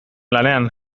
lanean